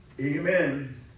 Amen